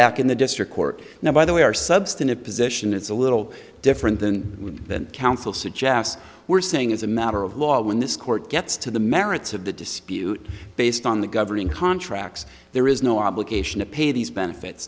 back in the district court now by the way our substantive position is a little different than that counsel suggests we're saying as a matter of law when this court gets to the merits of the dispute based on the governing contracts there is no obligation to pay these benefits